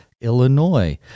Illinois